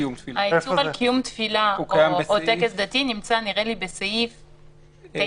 האיסור על קיום תפילה או טקס דתי נמצא נראה לי בסעיף 9,